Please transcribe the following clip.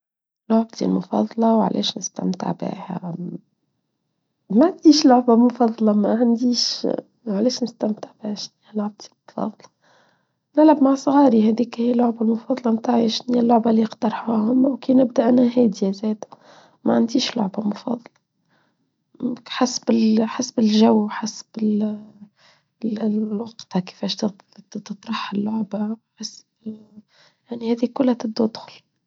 لعبتي مفضلة وعليش نستمتع بها ما عنديش لعبة مفضلة ما عنديش وعليش نستمتع بها لعبتي مفضلة نلعب مع صغاري هذيك هي لعبة مفضلة ما عنديش لعبة مفضلة حسب الجو حسب الوقت كيفاش تطرح اللعبة يعني هذيك كلها تدودخل.